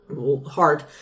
heart